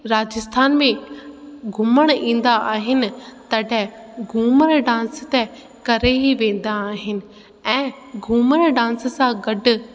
राजस्थान में घुमण ईंदा आहिनि तॾै घूमर डांस त करे ई वेंदा आहिनि ऐं घूमर डांस सां गॾु